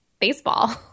baseball